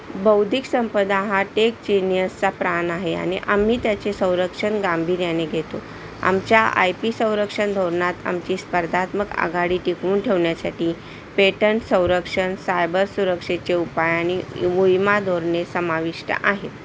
बौद्धिक संपदा हा टेक जेनियसचा प्राण आहे आणि आम्ही त्याचे संरक्षण गांभीर्याने घेतो आमच्या आय पी संरक्षण धोरणात आमची स्पर्धात्मक आघाडी टिकवून ठेवण्यासाठी पेटंट संरक्षण सायबर सुरक्षेचे उपाय आणि विमा धोरणे समाविष्ट आहे